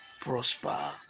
prosper